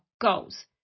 goals